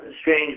strange